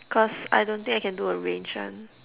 cos I don't think I can do a range [one]